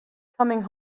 coming